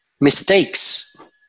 mistakes